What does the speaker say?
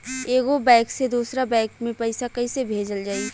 एगो बैक से दूसरा बैक मे पैसा कइसे भेजल जाई?